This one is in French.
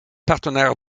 partenaire